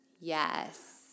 Yes